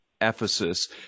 Ephesus